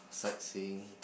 sightseeing